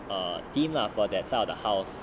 err team lah for that some of the house